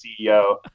CEO